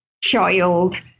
child